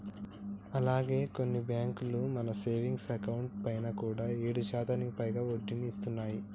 అలాగే కొన్ని బ్యాంకులు మన సేవింగ్స్ అకౌంట్ పైన కూడా ఏడు శాతానికి పైగా వడ్డీని ఇస్తున్నాయి